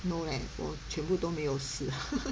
no leh 我全部都没有试